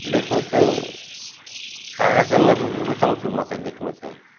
लेख्नु चाहिँ कागजैमा रुचाउँछु म चाहिँ लेख्नु चाहिँ